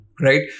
Right